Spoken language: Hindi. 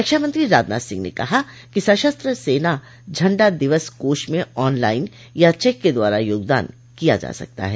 रक्षामंत्री राजनाथ सिंह ने कहा कि सशस्त्र सेना झंडा दिवस कोष में ऑन लाइन या चेक के द्वारा योगदान किया जा सकता है